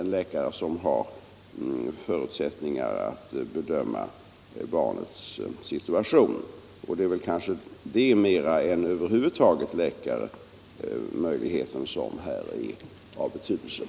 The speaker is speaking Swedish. en läkare som har förutsättningar att bedöma barnets situation. Det är kanske mera detta än möjligheten att över huvud taget få fram en läkare som är svårigheten.